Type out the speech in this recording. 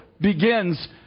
begins